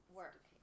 work